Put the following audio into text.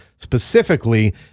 specifically